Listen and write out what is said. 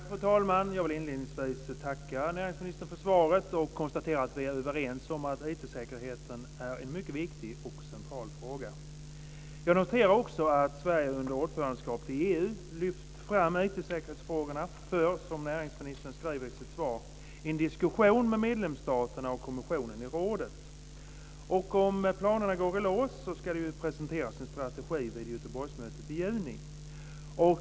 Fru talman! Jag vill inledningsvis tacka näringsministern för svaret. Jag konstaterar att vi är överens om att IT-säkerhet är en mycket viktig och central fråga. Jag noterar också att Sverige under ordförandeskapet i EU lyft fram IT-säkerhetsfrågorna för, som näringsministern skriver i sitt svar, en diskussion med medlemsstaterna och kommissionen i rådet. Om planerna går i lås ska det presenteras en strategi vid Göteborgsmötet i juni.